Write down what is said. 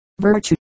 virtue